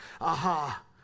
aha